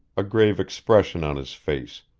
a grave expression on his face,